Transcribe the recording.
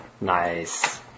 Nice